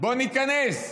בוא ניכנס,